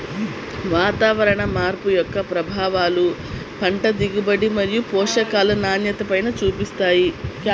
వాతావరణ మార్పు యొక్క ప్రభావాలు పంట దిగుబడి మరియు పోషకాల నాణ్యతపైన చూపిస్తాయి